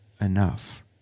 enough